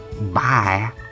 Bye